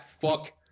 fuck